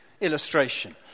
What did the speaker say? illustration